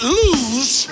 lose